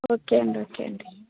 okay అండి okay అండి